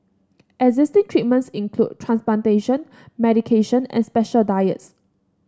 existing treatments include transplantation medication and special diets